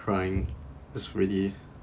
crying is really